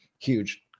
huge